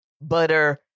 butter